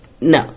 no